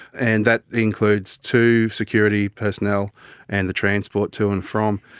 and that includes two security personnel and the transport to and from.